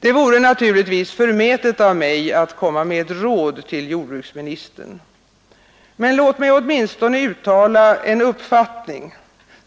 Det vore naturligtvis förmätet av mig att komma med ett råd till jordbruksministern, men låt mig åtminstone uttala